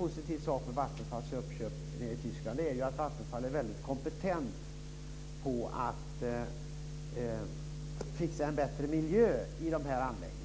positiv sak med Vattenfalls uppköp i Tyskland är att Vattenfall är kompetent på att fixa en bättre miljö i anläggningarna.